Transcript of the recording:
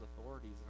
authorities